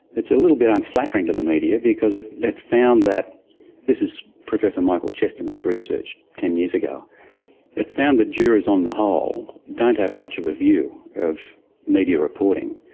it's a little bit unflattering to the media because it found that this is professor michael chesterton's research ten years ago it found that jurors on the whole don't have much of a view of media reporting.